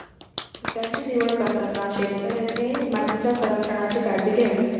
पिकांची निवड करताना शेतकऱ्याने मातीच्या संरक्षणाची काळजी घ्यावी